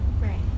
Right